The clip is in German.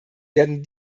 werden